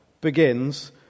begins